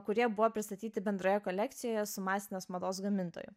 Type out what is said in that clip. kurie buvo pristatyti bendroje kolekcijoje su masinės mados gamintoju